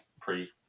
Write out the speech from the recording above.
pre